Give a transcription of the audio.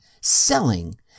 selling